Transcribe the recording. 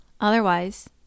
Otherwise